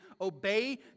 obey